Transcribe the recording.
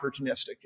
opportunistic